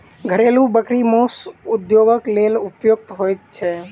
घरेलू बकरी मौस उद्योगक लेल उपयुक्त होइत छै